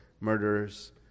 murderers